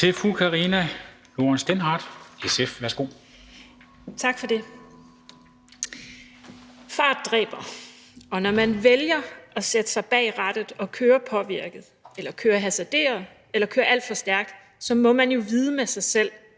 Karina Lorentzen Dehnhardt (SF): Tak for det. Fart dræber, og når man vælger at sætte sig bag rattet og køre påvirket eller køre hasarderet eller køre alt for stærkt, må man jo vide med sig selv,